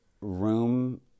room